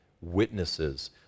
witnesses